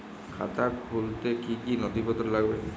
খাতা খুলতে কি কি নথিপত্র লাগবে?